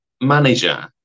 manager